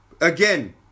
again